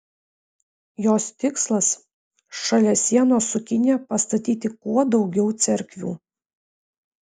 jos tikslas šalia sienos su kinija pastatyti kuo daugiau cerkvių